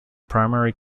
primary